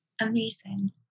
Amazing